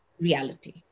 reality